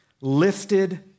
lifted